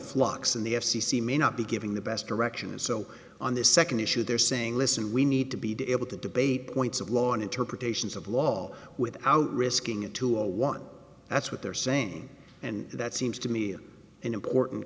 flux and the f c c may not be giving the best direction and so on the second issue they're saying listen we need to be able to debate points of law and interpretations of law without risking a two or one that's what they're saying and that seems to me an